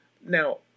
now